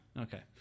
Okay